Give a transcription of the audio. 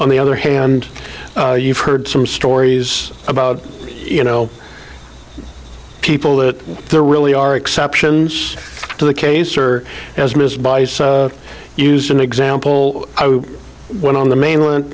on the other hand you've heard some stories about you know people that there really are exceptions to the case or as missed by so used an example when on the mainland